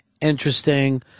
interesting